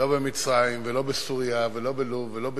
לא במצרים ולא בסוריה ולא בלוב ולא בתוניסיה,